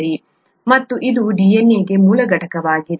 ಮತ್ತು ಇದು DNA ಗೆ ಮೂಲ ಘಟಕವಾಗಿದೆ